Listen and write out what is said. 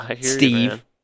Steve